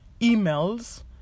emails